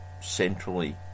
centrally